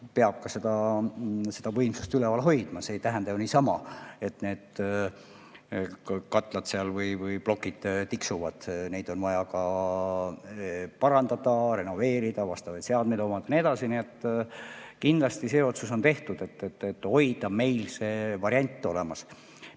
peab ka seda võimsust üleval hoidma. See ei tähenda ju, et katlad või plokid seal niisama tiksuvad, neid on vaja ka parandada, renoveerida, vastavaid seadmeid hooldada ja nii edasi. Nii et kindlasti see otsus on tehtud, et hoida meil see variant olemas.